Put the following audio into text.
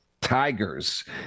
Tigers